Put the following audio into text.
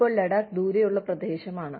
ഇപ്പോൾ ലഡാക്ക് ദൂരെയുള്ള പ്രദേശമാണ്